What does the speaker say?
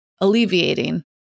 alleviating